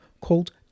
called